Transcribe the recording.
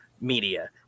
media